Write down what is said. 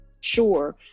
sure